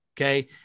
okay